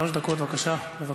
שלוש דקות, בבקשה.